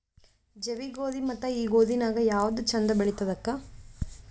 ಜವಿ ಗೋಧಿ ಮತ್ತ ಈ ಗೋಧಿ ನ್ಯಾಗ ಯಾವ್ದು ಛಂದ ಬೆಳಿತದ ಅಕ್ಕಾ?